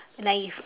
naive